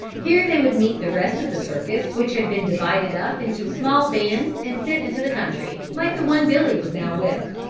here they would meet the rest of the circus which had been divided up into small bands and sent into the country, like the one billy was now with.